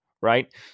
right